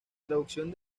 traducción